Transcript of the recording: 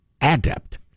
adept